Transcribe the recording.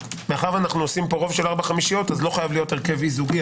שמאחר שאנו עושים פה רוב של ארבע חמישיות לא חייב להיות הרכב אי זוגי.